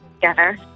together